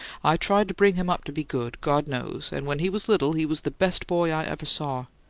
i tried to bring him up to be good, god knows and when he was little he was the best boy i ever saw.